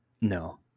No